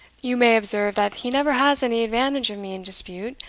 you may observe that he never has any advantage of me in dispute,